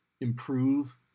improve